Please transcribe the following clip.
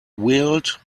whirled